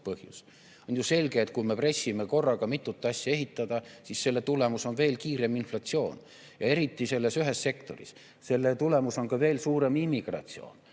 On ju selge, et kui me pressime korraga mitut asja ehitada, siis selle tulemus on veel kiirem inflatsioon ja eriti selles ühes sektoris. Selle tulemus on veel suurem immigratsioon,